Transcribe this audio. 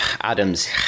Adams